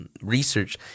research